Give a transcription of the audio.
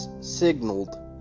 signaled